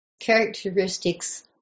characteristics